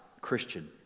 Christian